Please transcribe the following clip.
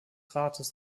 rates